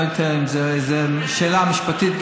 גם זו שאלה משפטית.